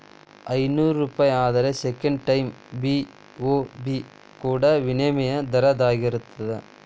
ಐನೂರೂಪಾಯಿ ಆದ್ರ second time BOB ಕೊಡೋ ವಿನಿಮಯ ದರದಾಗಿರ್ತದ